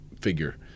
figure